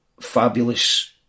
fabulous